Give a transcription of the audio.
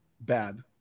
Bad